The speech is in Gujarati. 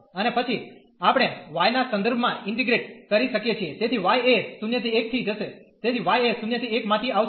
અને પછી આપણે y ના સંદર્ભમાં ઇન્ટીગ્રેટ કરી શકીએ છીએ તેથી y એ થી જશે તેથી yએ માંથી આવશે